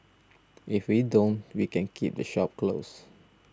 if we don't we can keep the shop closed